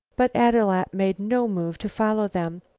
but ad-loo-at made no move to follow them.